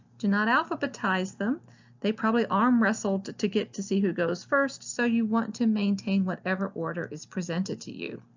not alphabetize them they probably arm-wrestled to to get to see who goes first so you want to maintain whatever order is presented to you.